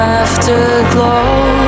afterglow